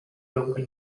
local